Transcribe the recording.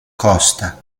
costa